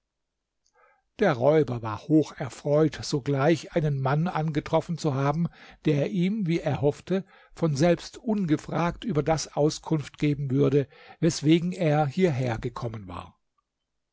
der räuber war hocherfreut sogleich einen mann angetroffen zu haben der ihm wie er hoffte von selbst ungefragt über das auskunft geben würde weswegen er hierher gekommen war